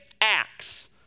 acts